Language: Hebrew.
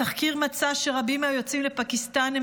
התחקיר מצא שרבים מהיוצאים לפקיסטן הם